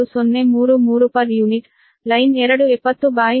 1033 per unit line 2 70174